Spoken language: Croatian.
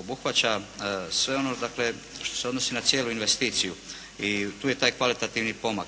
obuhvaća sve ono dakle što se odnosi na cijelu investiciju, i tu je taj kvalitativni pomak